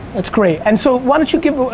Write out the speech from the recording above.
that's great. and so why don't you give,